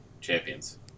champions